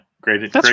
great